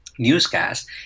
Newscast